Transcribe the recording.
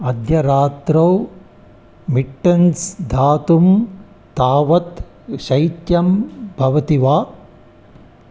अद्य रात्रौ मिट्टेन्स् धातुः तावत् शैत्यं भवति वा